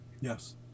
Yes